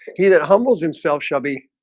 he that humbles himself shall be